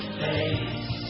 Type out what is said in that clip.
face